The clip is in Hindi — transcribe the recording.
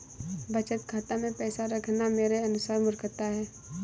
बचत खाता मैं पैसा रखना मेरे अनुसार मूर्खता है